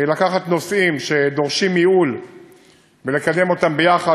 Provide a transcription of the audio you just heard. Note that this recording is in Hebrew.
לקחת נושאים שדורשים ייעול ולקדם אותם ביחד,